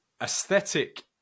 Aesthetic